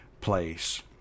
place